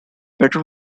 better